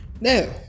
no